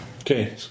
Okay